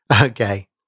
Okay